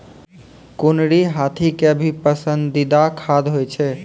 कुनरी हाथी के भी पसंदीदा खाद्य होय छै